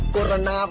Corona